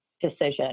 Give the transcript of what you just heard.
decision